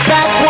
Back